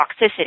toxicity